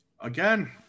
Again